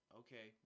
okay